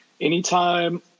Anytime